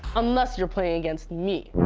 unless you're playing against me.